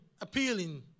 appealing